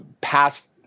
past